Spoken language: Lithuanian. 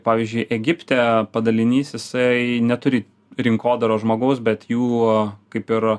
pavyzdžiui egipte padalinys jisai neturi rinkodaros žmogaus bet jų kaip yra